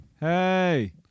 hey